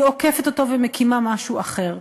היא עוקפת אותו ומקימה משהו אחר,